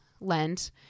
Lent